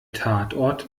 tatort